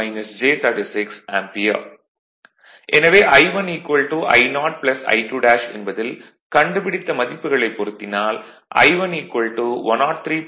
எனவே I1I0 I2 என்பதில் கண்டுபிடித்த மதிப்புகளைப் பொருத்தினால் I1 103